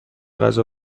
غذا